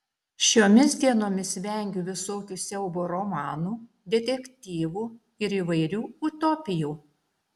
šiomis dienomis vengiu visokių siaubo romanų detektyvų ir įvairių utopijų